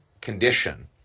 condition